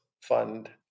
Fund